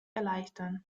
erleichtern